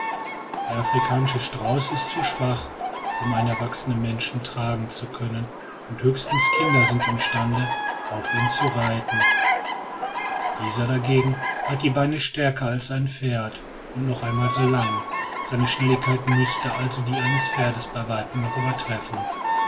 der afrikanische strauß ist zu schwach um einen erwachsenen menschen tragen zu können und höchstens kinder sind im stande auf ihm zu reiten dieser dagegen hat die beine stärker als ein pferd und noch einmal so lang seine schnelligkeit müßte also die eines pferdes bei weitem noch übertreffen